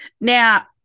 Now